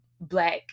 black